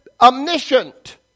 omniscient